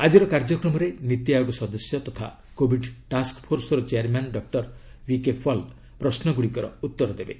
ଆଜିର କାର୍ଯ୍ୟକ୍ରମରେ ନୀତି ଆୟୋଗ ସଦସ୍ୟ ତଥା କୋବିଡ ଟାସ୍କଫୋର୍ସର ଚେୟାରମ୍ୟାନ୍ ଡକ୍ଟର ଭିକେପଲ୍ ପ୍ରଶ୍ନଗୁଡ଼ିକର ଉତ୍ତର ଦେବେ